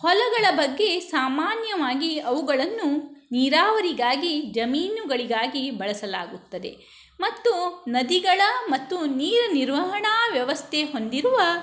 ಹೊಲಗಳ ಬಗ್ಗೆ ಸಾಮಾನ್ಯವಾಗಿ ಅವುಗಳನ್ನು ನೀರಾವರಿಗಾಗಿ ಜಮೀನುಗಳಿಗಾಗಿ ಬಳಸಲಾಗುತ್ತದೆ ಮತ್ತು ನದಿಗಳ ಮತ್ತು ನೀರು ನಿರ್ವಹಣಾ ವ್ಯವಸ್ಥೆ ಹೊಂದಿರುವ